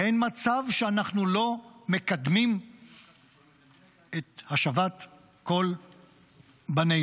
אין מצב שאנחנו לא מקדמים את השבת כל בנינו.